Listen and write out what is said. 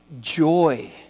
joy